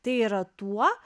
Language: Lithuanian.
tai yra tuo